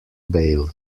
bail